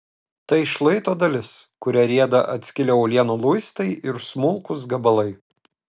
tai šlaito dalis kuria rieda atskilę uolienų luistai ir smulkūs gabalai